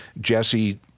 Jesse